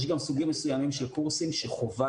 יש גם סוגים מסוימים של קורסים שחובה